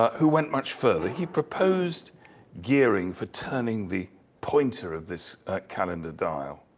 who went much further. he proposed gearing for turning the pointer of this calendar dial.